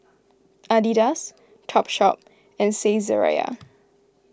Adidas Topshop and Saizeriya